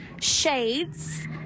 shades